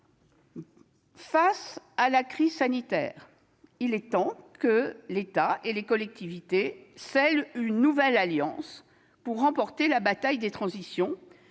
face à la crise sanitaire, il est temps que l'État et les collectivités scellent une nouvelle alliance pour remporter la bataille des transitions,